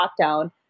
lockdown